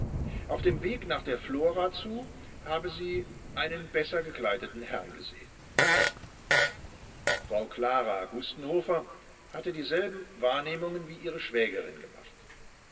auf dem weg nach der flora zu habe sie einen besser gekleideten herrn gesehen frau klara gustenhofer hatte dieselben wahrnehmungen wie ihre schwägerin gemacht